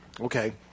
Okay